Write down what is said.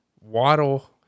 Waddle